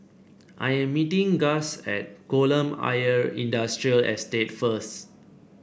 I am meeting Gus at Kolam Ayer Industrial Estate first